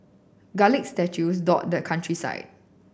garlic statues dot the countryside